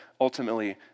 ultimately